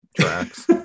tracks